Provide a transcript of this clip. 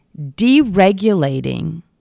deregulating